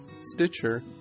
Stitcher